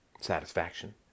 Satisfaction